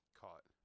caught